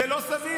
זה לא סביר.